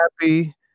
happy